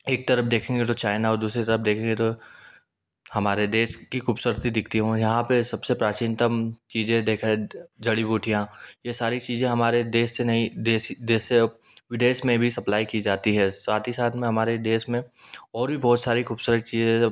एक तरफ देखेंगे तो चायना और दूसरी तरफ देखेंगे तो हमारे देश की खूबसूरती दिखती है और यहाँ पे सबसे प्राचीनतम चीज़ें देखा जड़ी बूटियाँ ये सारी चीज़ें हमारे देश से नहीं विदेश में भी सप्लाई की जाती है साथ ही साथ में हमारे देश में और भी बहुत सारी खूबसूरत चीज़ें जैसे